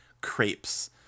crepes